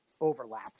overlap